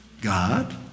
God